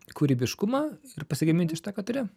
kūrybiškumą ir pasigaminti iš to ką turi